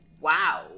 Wow